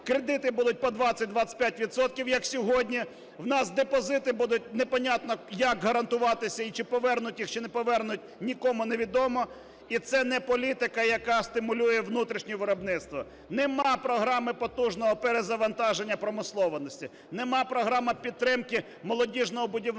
кредити будуть по 20-25 відсотків, як сьогодні, у нас депозити будуть непонятно як гарантуватися, і чи повернуть їх, чи не повернуть, нікому невідомо. І це не політика, яка стимулює внутрішнє виробництво. Немає програми потужного перезавантаження промисловості, немає програми підтримки молодіжного будівництва,